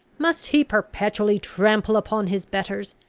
must he perpetually trample upon his betters?